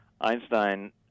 Einstein